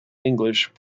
english